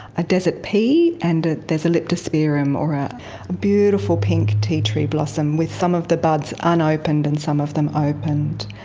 a desert pea, and there's leptospermum or a beautiful pink tea tree blossom with some of the buds unopened and some of them opened.